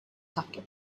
sakit